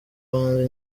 bahanzi